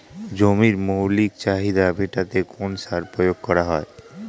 জমির মৌলিক চাহিদা মেটাতে কোন সার প্রয়োগ করা হয়?